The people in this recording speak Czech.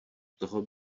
toho